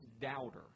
doubter